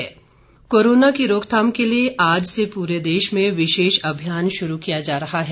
Covid अभियान corona की रोकथाम के लिए आज से पूरे देश में विशेष अभियान शुरु किया जा रहा है